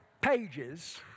pages